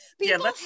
people